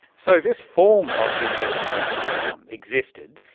so this form of universal basic income existed.